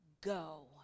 go